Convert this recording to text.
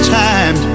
time